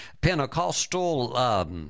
Pentecostal